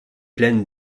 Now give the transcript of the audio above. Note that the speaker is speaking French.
pleine